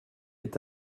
est